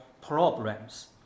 problems